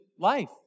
life